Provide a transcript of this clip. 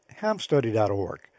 hamstudy.org